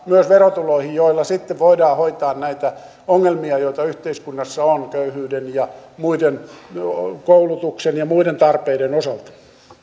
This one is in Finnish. myös verotuloihin joilla sitten voidaan hoitaa näitä ongelmia joita yhteiskunnassa on köyhyyden koulutuksen ja muiden tarpeiden osalta arvoisa